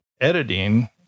Editing